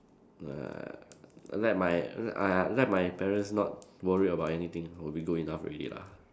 uh let my err uh let my parents not worry about anything will be good enough already lah